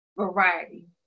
variety